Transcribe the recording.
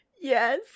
Yes